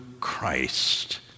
Christ